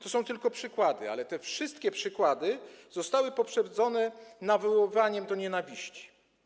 To są tylko przykłady, ale te wszystkie przykłady zostały poprzedzone nawoływaniem do nienawiści.